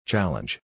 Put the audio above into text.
Challenge